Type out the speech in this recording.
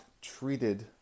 treated